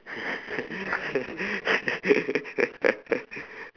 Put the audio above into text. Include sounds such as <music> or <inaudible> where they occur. <laughs>